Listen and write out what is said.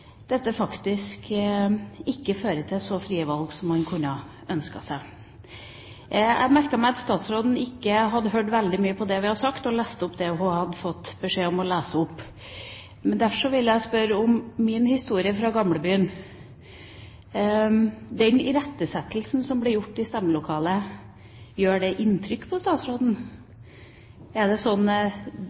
dette faktisk ikke fører til så frie valg som man kunne ha ønsket seg. Jeg merket meg at statsråden ikke hadde hørt så veldig mye på det vi har sagt, og leste opp det hun hadde fått beskjed om å lese opp. Derfor vil jeg spørre om min historie fra Gamlebyen: Den irettesettelsen som ble gjort i stemmelokalet, gjør det inntrykk på statsråden? Statsråden sier at det